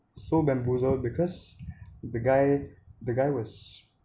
so bamboozled because the guy the guy was